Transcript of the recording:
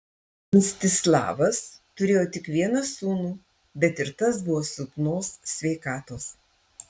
mstislavas turėjo tik vieną sūnų bet ir tas buvo silpnos sveikatos